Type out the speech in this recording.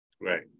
right